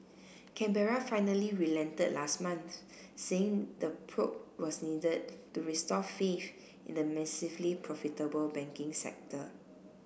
Canberra finally relented last month saying the probe was needed to restore faith in the massively profitable banking sector